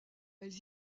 elles